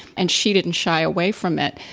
and she didn't shy away from it.